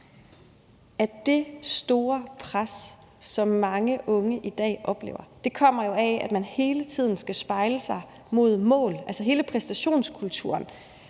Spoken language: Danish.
Det store pres, som mange unge i dag oplever, kommer jo af, at man hele tiden skal spejle sig i et mål, man har sat sig. Altså, hele præstationskulturen